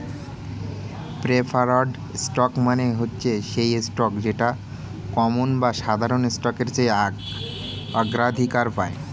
preferred stock মানে হচ্ছে সেই স্টক যেটা কমন বা সাধারণ স্টকের চেয়ে অগ্রাধিকার পায়